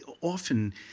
often